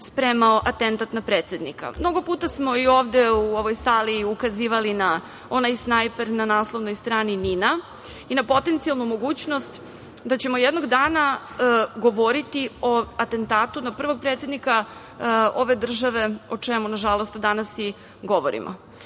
spremao atentat na predsednika. Mnogo puta smo i ovde u ovoj sali ukazivali na onaj snajper na naslovnoj strani NIN-a i na potencijalnu mogućnost da ćemo jednog dana govoriti o atentatu na prvog predsednika ove države, o čemu nažalost danas i govorimo.